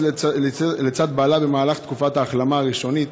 לצד בעלה במהלך תקופת ההחלמה הראשונית